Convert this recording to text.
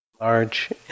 Large